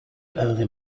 early